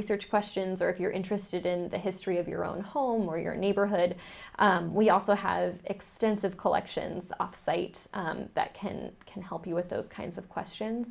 research questions or if you're interested in the history of your own home or your neighborhood we also has extensive collections off site that can can help you with those kinds of questions